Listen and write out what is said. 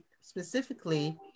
specifically